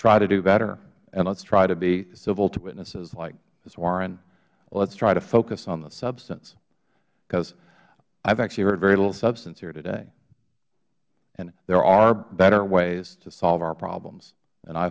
try to do better and let's try to be civil to witnesses like ms warren let's try to focus on the substance because i have actually heard very little substance here today and there are better ways to solve our problems and i